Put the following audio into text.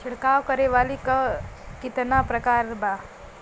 छिड़काव करे वाली क कितना प्रकार बा?